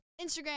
Instagram